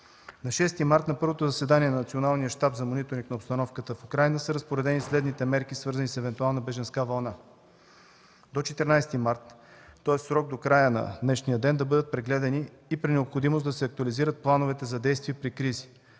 На 6 март, на първото заседание на Националния щаб за мониторинг на обстановката в Украйна, са разпоредени следните мерки, свързани с евентуална бежанска вълна. До 14 март – тоест в срок до края на днешния ден, да бъдат прегледани и при необходимост да се актуализират плановете за действие при кризи.